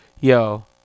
Yo